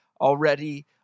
already